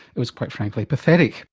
it was quite frankly pathetic.